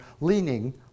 leaning